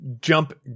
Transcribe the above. jump